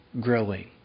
growing